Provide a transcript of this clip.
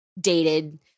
dated